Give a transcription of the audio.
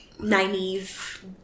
Naive